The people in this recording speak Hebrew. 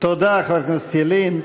תודה, חבר הכנסת ילין.